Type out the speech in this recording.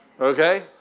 Okay